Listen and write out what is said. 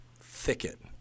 thicket